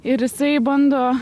ir jisai bando